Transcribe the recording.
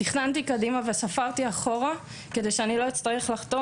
תכננתי קדימה וספרתי אחורה כדי שלא אצטרך לחתום